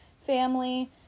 family